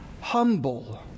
humble